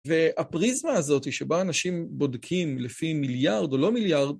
והפריזמה הזאת, שבה אנשים בודקים לפי מיליארד או לא מיליארד,